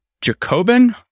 Jacobin